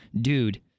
dude